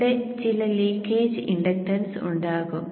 ഇവിടെ ചില leakage inductance ഉണ്ടാകും